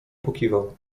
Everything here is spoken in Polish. pokiwał